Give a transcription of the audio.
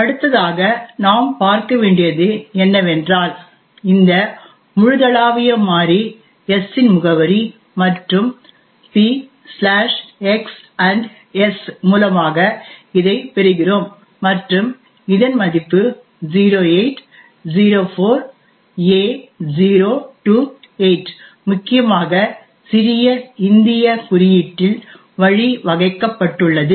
அடுத்ததாக நாம் பார்க்க வேண்டியது என்னவென்றால் இந்த முழுதளாவிய மாறி s இன் முகவரி மற்றும் px s மூலமாக இதை பெறுகிறோம் மற்றும் இதன் மதிப்பு 0804a028 முக்கியமாக சிறிய இந்திய குறியீட்டில் வழிவகைக்கப்பட்டுள்ளது